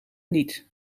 niet